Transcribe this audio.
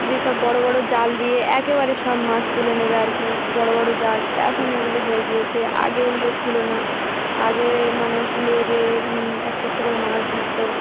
যেসব বড়ো বড়ো জাল দিয়ে একেবারে সব মাছ তুলে নেবে আর কি বড়ো বড়ো জাল এখন এগুলো হয়ে গিয়েছে আগে ওগুলো ছিল না আগে মানুষ নেমে একটা একটা করে মাছ ধরতো